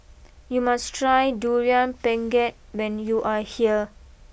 you must try Durian Pengat when you are here